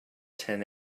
ten